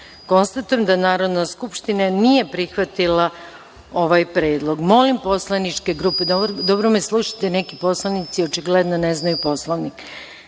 proceduru. Konstatujem da Narodna skupština nije prihvatila ovaj predlog. Molim poslaničke grupe, dobro me slušajte, neki poslanici očigledno ne znaju Poslovnik,